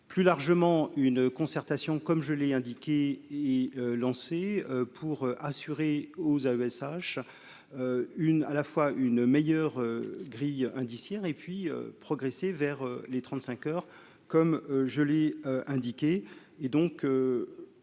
plus largement, une concertation, comme je l'ai indiqué y'lancer pour assurer aux AESH une à la fois une meilleure grille indiciaire et puis progresser vers les 35 heures, comme je l'ai indiqué